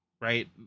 right